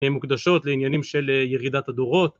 מוקדשות לעניינים של ירידת הדורות.